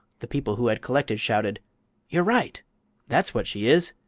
the people who had collected shouted you're right that's what she is!